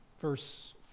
verse